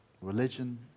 religion